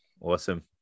Awesome